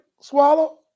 swallow